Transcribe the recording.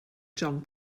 john